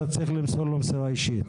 אתה צריך למסור לו מסירה אישית,